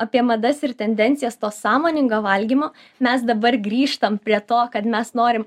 apie madas ir tendencijas to sąmoningo valgymo mes dabar grįžtam prie to kad mes norim